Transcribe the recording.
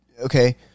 okay